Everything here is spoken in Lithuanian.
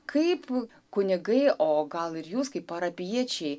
kaip kunigai o gal ir jūs kaip parapijiečiai